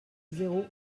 zéro